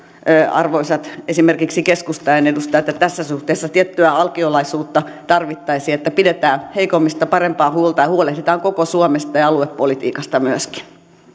arvoisat keskustan edustajat että tässä suhteessa tiettyä alkiolaisuutta tarvittaisiin että pidetään heikommista parempaa huolta ja huolehditaan koko suomesta ja myöskin